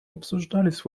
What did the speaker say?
обсуждались